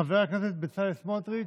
חבר הכנסת בצלאל סמוטריץ'